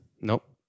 Nope